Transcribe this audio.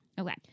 Okay